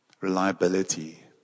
reliability